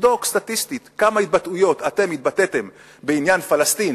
תבדוק סטטיסטית כמה התבטאויות אתם התבטאתם בעניין פלסטין